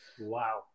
Wow